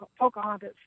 Pocahontas